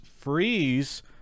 freeze